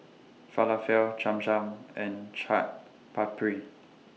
Falafel Cham Cham and Chaat Papri